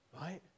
Right